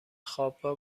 خوابگاه